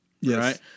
Yes